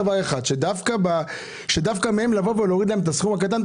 דווקא לבוא ולהוריד מהם את הסכום הקטן.